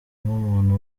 nk’umuntu